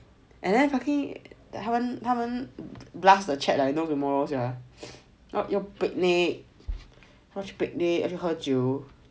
and then fucking 他们他们 blast the chat like no tomorrow sia 要 picnic 一边喝酒